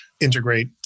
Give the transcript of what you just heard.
integrate